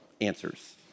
answers